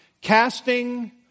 casting